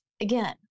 again